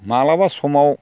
माब्लाबा समाव